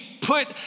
put